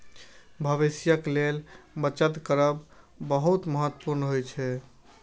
भविष्यक लेल बचत करब बहुत महत्वपूर्ण होइ छै